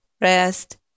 rest